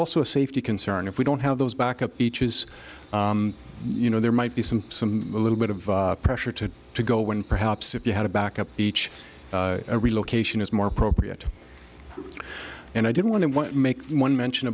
also a safety concern if we don't have those back up beaches you know there might be some some a little bit of pressure to to go when perhaps if you had a back up beach a relocation is more appropriate and i didn't want to make one mention